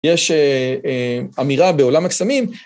יש אה אה אמירה בעולם הקסמים.